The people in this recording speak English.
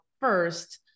first